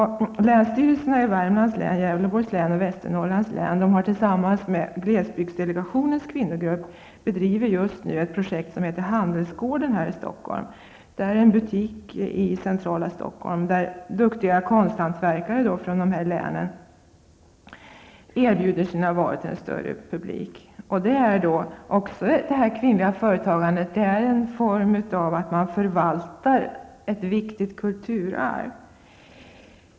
Länsstyrelserna i Värmlands län, Gävleborgs län och Västernorrlands län har tillsammans med glesbygdsdelegationens kvinnogrupp bedrivit ett projekt här i centrala Stockholm som heter Handelsgården. Man har en butik där duktiga konsthantverkare från dessa län erbjuder sina varor till en större publik. Detta kvinnliga företagande är en form av förvaltning av ett viktigt kulturarv.